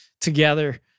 together